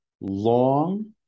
long